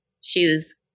Shoes